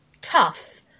tough